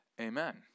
Amen